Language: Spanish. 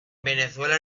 venezuela